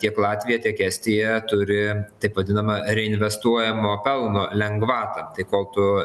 tiek latvija tiek estija turi taip vadinamą reinvestuojamo pelno lengvatą tai ko tu